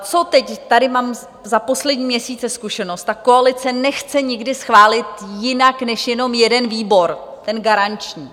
Co teď tady mám za poslední měsíce zkušenost, koalice nechce nikdy schválit jinak než jenom jeden výbor, ten garanční.